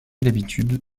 l’habitude